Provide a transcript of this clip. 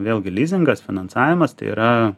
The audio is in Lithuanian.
vėlgi lizingas finansavimas tai yra